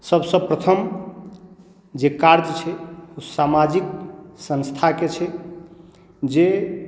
सभसँ प्रथम जे कार्य छै ओ सामाजिक संस्थाके छै जे